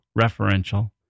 referential